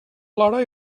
plora